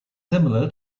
similar